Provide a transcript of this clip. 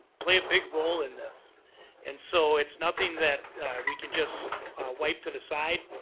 play a big role in this and so its nothing that we can just wipe to the side,